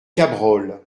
cabrol